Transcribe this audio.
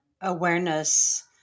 awareness